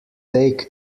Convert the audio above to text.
take